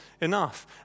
enough